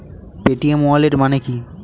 Paytm wallet মানে কি?